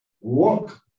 walk